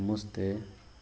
ସମସ୍ତେ